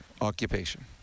occupation